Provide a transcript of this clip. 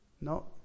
No